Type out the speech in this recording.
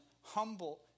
humble